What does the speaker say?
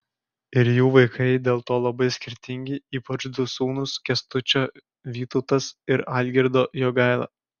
ir jų vaikai dėl to labai skirtingi ypač du sūnūs kęstučio vytautas ir algirdo jogaila